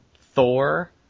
Thor